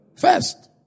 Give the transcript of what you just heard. First